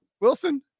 Wilson